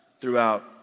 throughout